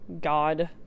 God